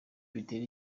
bitera